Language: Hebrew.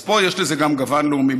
אז פה יש לזה גם גוון לאומי,